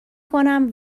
کنم